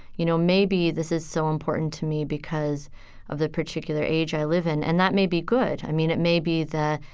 you know, maybe this is so important to me because of the particular age i live in. and that may be good. i mean, it may be the,